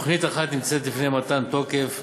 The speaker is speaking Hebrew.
תוכנית אחת נמצאת לפני מתן תוקף,